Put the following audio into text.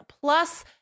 plus